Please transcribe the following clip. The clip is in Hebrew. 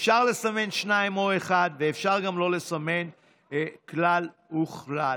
אפשר לסמן שניים או אחד ואפשר גם לא לסמן כלל וכלל.